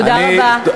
תודה רבה.